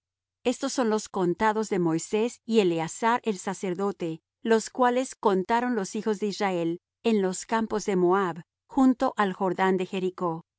estos son los contados por moisés y eleazar el sacerdote los cuales contaron los hijos de israel en los campos de moab junto al jordán de jericó y